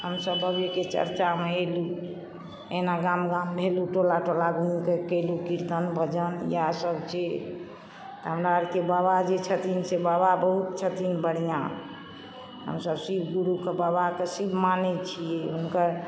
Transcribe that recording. हमसभ बाबेके चर्चामे अयलू अहिना गाम गाम भेलु टोला टोला घुमिक कयलू कीर्तन भजन इएहसभ छी त हमरा अरके बाबा जे छथिन से बाबा बहुत छथिन बढ़िआँ हमसभ शिवगुरुके बाबाके शिव मानैत छियै हुनकर